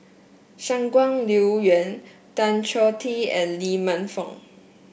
Shangguan Liuyun Tan Choh Tee and Lee Man Fong